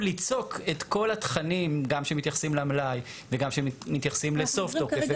ליצוק את כל התכנים גם שמתייחסים למלאי וגם שמתייחסים לסוף תוקף.